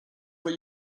what